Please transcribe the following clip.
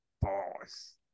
boss